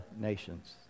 nations